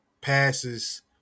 passes